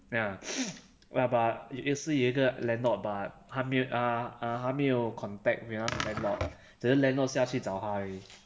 ya ya but 也是有一个 landlord but 他没 ah ah 他没有 contact 给那个 landlord 只是 landlord 下去找他而已